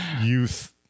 youth